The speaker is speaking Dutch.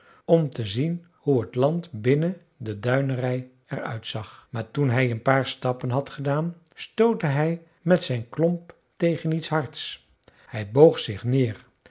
om te zien hoe het land binnen de duinenrij er uitzag maar toen hij een paar stappen had gedaan stootte hij met zijn klomp tegen iets hards hij boog zich neer